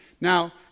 Now